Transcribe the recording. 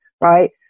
right